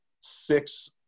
six